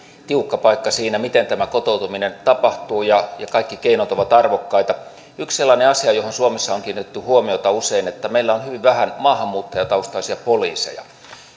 tiukka paikka siinä miten tämä kotoutuminen tapahtuu ja kaikki keinot ovat arvokkaita yksi sellainen asia johon suomessa on kiinnitetty huomiota usein on se että meillä on hyvin vähän maahanmuuttajataustaisia poliiseja